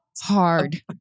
hard